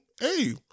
hey